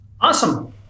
Awesome